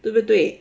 对不对